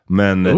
men